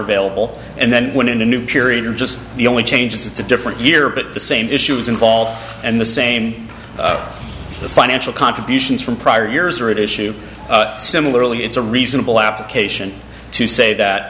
vailable and then when in a new period or just the only changes it's a different year but the same issues involved and the same the financial contributions from prior years are at issue similarly it's a reasonable application to say that